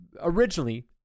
originally